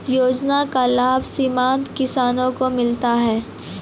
योजना का लाभ सीमांत किसानों को मिलता हैं?